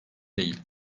değil